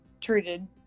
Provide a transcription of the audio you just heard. treated